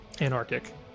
anarchic